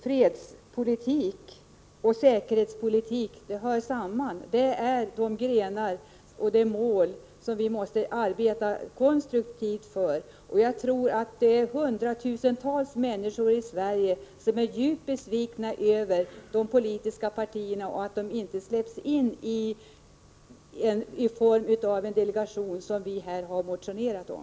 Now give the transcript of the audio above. Fredspolitik och säkerhetspolitik hör samman, och här finns det mål som vi måste arbeta konstruktivt för att nå. Det finns säkert hundratusentals människor i Sverige som är djupt besvikna på de politiska partierna och över att de själva inte släpps in på detta område genom en sådan delegation som vi i folkpartiet har motionerat om.